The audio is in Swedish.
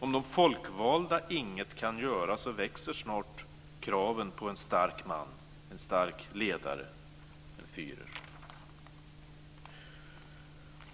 Om de folkvalda inget kan göra växer snart kraven på en stark man, en stark ledare, en führer.